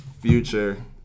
Future